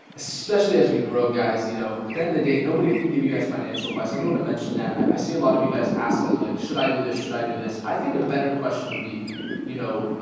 especially as we grow guys. you know at the end of the day nobody can give you guys financial advice i do want to mention that i see a lot of you guys asking like should i do this should i do this? i think a better question would be you know